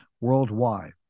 worldwide